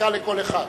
דקה לכל אחד.